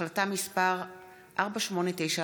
החלטה מס' 4891,